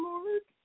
Lord